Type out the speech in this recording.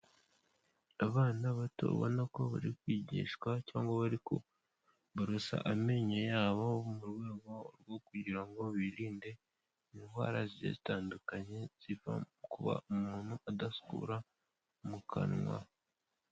Abana bato ubona ko bari kwigishwa cyangwa bari ku borasa amenyo yabo mu rwego rwo kugira ngo birinde indwara zigiye zitandukanye ziva mu kuba umuntu adakura mu kanwa.